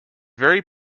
very